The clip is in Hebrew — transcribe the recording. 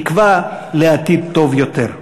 תקווה לעתיד טוב יותר.